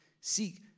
Seek